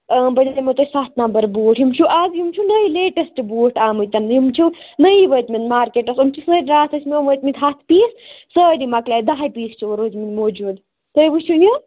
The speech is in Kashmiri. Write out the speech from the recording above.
اۭں بہٕ دِمو تۄہہِ سَتھ نَمبر بوٗٹھ یِم چھِو آز یِم چھِو نٕے لیٹٮ۪سٹ بوٗٹھ آمٕتٮ۪ن یِم چھِو نٔیی وٲتمٕتۍ مارکیٹَس یِم چھِ سُے راتھ واتھ وٲتۍ مٕتۍ ہَتھ پیٖس سٲری مَکلٲے دَہٕے پیٖس چھِ وَنۍ روٗدۍ مٕتۍ موٗجوٗد تُہۍ وٕچھِو یہِ